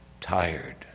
tired